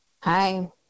Hi